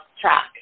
track